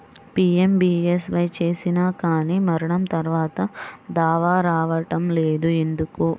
PMBSY చేసినా కానీ మరణం తర్వాత దావా రావటం లేదు ఎందుకు?